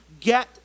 get